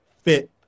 fit